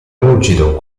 lucido